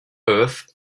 earth